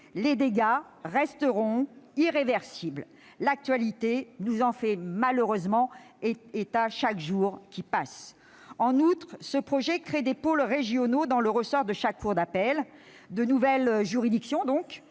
les dégâts resteront irréversibles. L'actualité en fait malheureusement état chaque nouveau jour qui passe. En outre, ce projet de loi crée des pôles régionaux dans le ressort de chaque cour d'appel. De nouvelles juridictions donc,